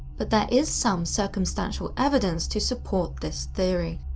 but there is some circumstantial evidence to support this theory.